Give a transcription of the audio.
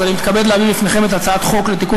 אז אני מתכבד להביא בפניכם את הצעת חוק לתיקון